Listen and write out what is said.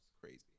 crazy